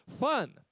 fun